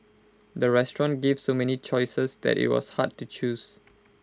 the restaurant gave so many choices that IT was hard to choose